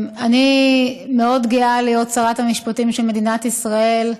אני מאוד גאה להיות שרת המשפטים של מדינת ישראל.